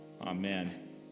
Amen